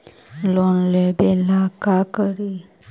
Loan लेबे ला का करि?